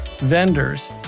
vendors